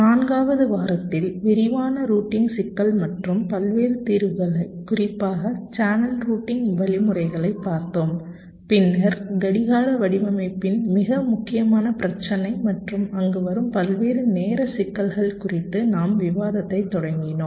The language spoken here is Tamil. நான்காவது வாரத்தில் விரிவான ரூட்டிங் சிக்கல் மற்றும் பல்வேறு தீர்வுகளை குறிப்பாக சேனல் ரூட்டிங் வழிமுறைகளைப் பார்த்தோம் பின்னர் கடிகார வடிவமைப்பின் மிக முக்கியமான பிரச்சினை மற்றும் அங்கு வரும் பல்வேறு நேர சிக்கல்கள் குறித்து நம் விவாதத்தைத் தொடங்கினோம்